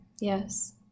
yes